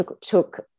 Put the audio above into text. took